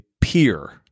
peer